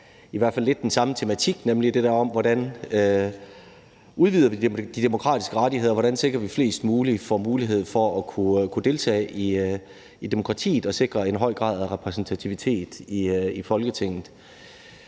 i hvert fald lidt den samme tematik, nemlig det der om, hvordan vi udvider de demokratiske rettigheder, og hvordan vi sikrer, at flest mulige får mulighed for at kunne deltage i demokratiet og sikrer en høj grad af repræsentativitet i Folketinget.